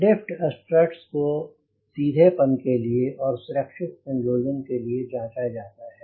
lift struts को सीधेपन के लिए और सुरक्षित संयोजन के लिए जांचा जाता है